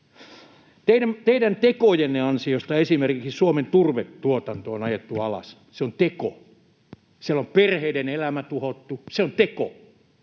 Teidän tekojenne ansiosta esimerkiksi Suomen turvetuotanto on ajettu alas — se on teko. Siellä on perheiden elämä tuhottu — se on teko.